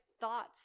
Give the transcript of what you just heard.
thoughts